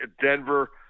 Denver